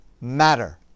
matter